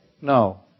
No